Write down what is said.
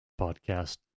podcast